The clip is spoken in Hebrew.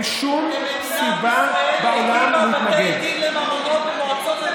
מדינת ישראל הקימה בתי דין לממונות במועצות הדתיות,